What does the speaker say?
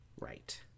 Right